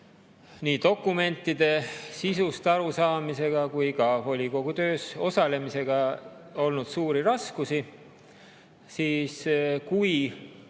nii dokumentide sisust arusaamisega kui ka volikogu töös osalemisega olnud suuri raskusi, siis kui